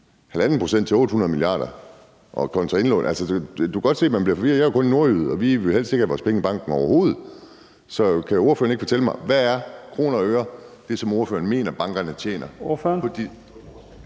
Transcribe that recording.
kr. kontra det med indlån kan jeg godt blive forvirret. Jeg er jo kun en nordjyde, og vi vil helst ikke have vores penge i bankerne overhovedet. Så kan ordføreren ikke fortælle mig, hvad det, som ordføreren mener at bankerne tjener,